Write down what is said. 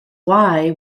why